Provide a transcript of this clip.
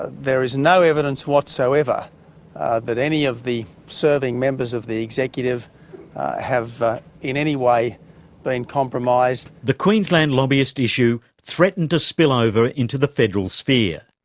ah there is no evidence whatsoever that any of the serving members of the executive have in any way been compromised. the queensland lobbyist lobbyist issue threatened to spill over into the federal sphere.